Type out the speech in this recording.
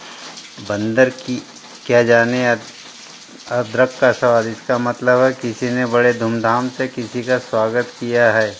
बंदर की क्या जाने अदरक का स्वाद इसका मतलब है किसी ने बड़े धूम धाम से किसी का स्वागत किया है